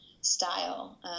style